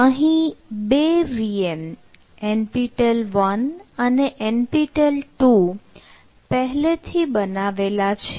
અહીં બે VM NPTEL 1 અને NPTEL 2 પહેલે થી બનાવેલા છે